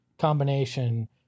combination